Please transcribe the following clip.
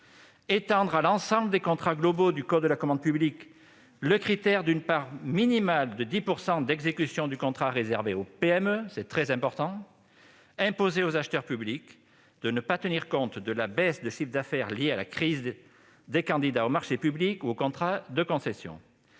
étendre à l'ensemble des contrats globaux du code de la commande publique le critère d'une part minimale de 10 % d'exécution du contrat réservée aux PME, ce qui est très important ; et imposer aux acheteurs publics de ne pas tenir compte de la baisse de chiffre d'affaires liée à la crise des candidats aux marchés publics ou contrats de concession.